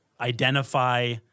identify